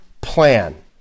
plan